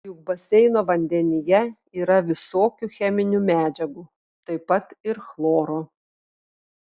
juk baseino vandenyje yra visokių cheminių medžiagų taip pat ir chloro